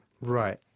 Right